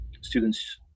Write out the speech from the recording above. Students